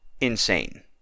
insane